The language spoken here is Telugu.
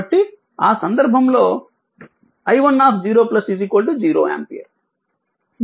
కాబట్టి ఆ సందర్భంలో i10 0 ఆంపియర్